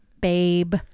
babe